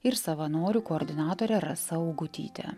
ir savanorių koordinatore rasa augutyte